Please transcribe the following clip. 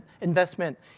investment